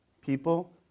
people